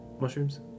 Mushrooms